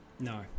No